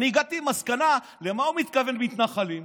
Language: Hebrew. אני הגעתי למסקנה, למה הוא מתכוון ב"מתנחלים"?